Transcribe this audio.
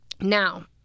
Now